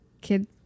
kid